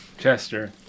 Chester